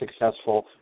successful